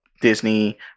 Disney